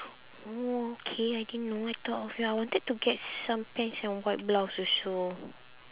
oh okay I didn't know I thought okay I wanted to get some pants and white blouse also